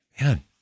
man